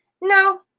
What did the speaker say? no